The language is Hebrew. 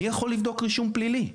מי יכול לבדוק רישום פלילי?